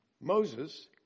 Moses